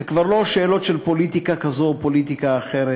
זה כבר לא שאלות של פוליטיקה כזאת או פוליטיקה אחרת.